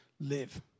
live